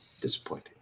disappointing